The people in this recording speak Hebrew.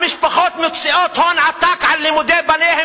המשפחות מוציאות הון עתק על לימודי בניהן